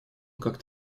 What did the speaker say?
как